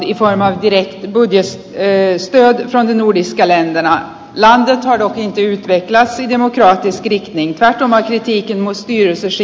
de övriga nordiska länderna har beslutat avsluta stödet till nicaragua och till och med stänga ambassaderna